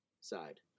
side